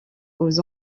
aux